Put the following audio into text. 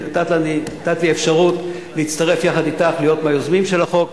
שנתת לי אפשרות להצטרף יחד אתך להיות מהיוזמים של החוק,